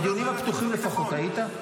בדיונים הפתוחים לפחות, היית?